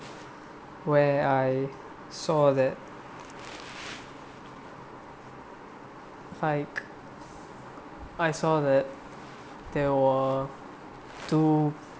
where I saw that I I saw that there were two